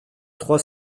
trois